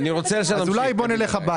אבל מה זה "ברמה העקרונית"?